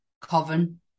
Coven